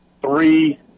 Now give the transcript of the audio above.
three